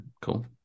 cool